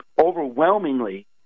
overwhelmingly